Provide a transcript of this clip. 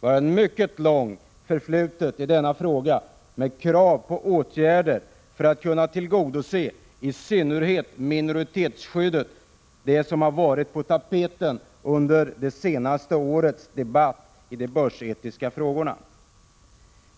Jag har ett mycket långt förflutet i denna fråga, där jag har ställt krav på åtgärder för att tillgodose i synnerhet minoritetsskyddet, som har varit på tapeten i det senaste årets debatt om de börsetiska frågorna.